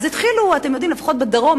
אז התחילו, אתם יודעים, לפחות בדרום.